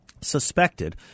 suspected